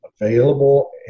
available